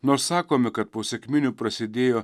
nors sakome kad po sekminių prasidėjo